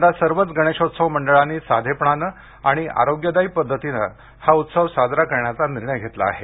यंदा सर्वच गणेशोत्सव मंडळांनी साधेपणाने आणि आरोग्यदायी पद्धतीने हा उत्सव साजरा करण्याचा निर्णय घेतला आहे